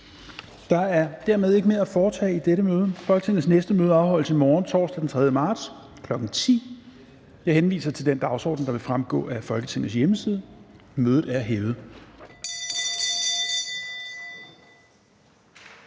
Der er dermed ikke mere at foretage i dette møde. Folketingets næste møde afholdes i morgen, torsdag den 3. marts 2022, kl. 10.00. Jeg henviser til den dagsorden, der fremgår af Folketingets hjemmeside. Mødet er hævet.